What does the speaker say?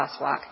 crosswalk